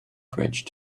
bridge